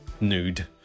nude